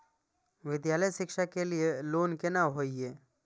विद्यालय शिक्षा के लिय लोन केना होय ये?